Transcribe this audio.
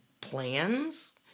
plans